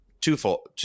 twofold